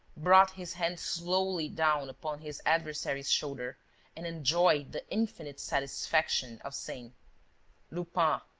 brought his hand slowly down upon his adversary's shoulder and enjoyed the infinite satisfaction of saying lupin,